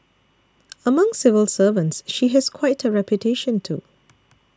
among civil servants she has quite a reputation too